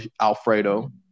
Alfredo